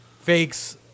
fakes